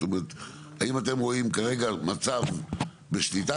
זאת אומרת האם אתם רואים כרגע מצב בשליטה?